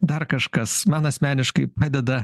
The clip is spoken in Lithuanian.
dar kažkas man asmeniškai bideda